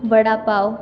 शेंगाचटणी